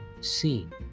seen